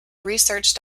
research